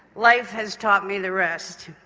life has taught me the rest.